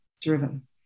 driven